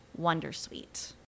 Wondersuite